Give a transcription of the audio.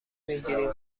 میگیریم